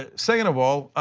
ah second of all,